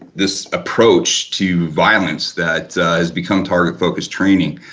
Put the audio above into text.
this approach to violence that has become target focus training.